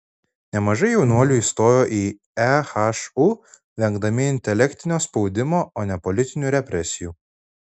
nemažai jaunuolių įstojo į ehu vengdami intelektinio spaudimo o ne politinių represijų